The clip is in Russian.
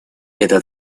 эта